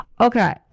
Okay